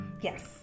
Yes